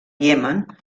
iemen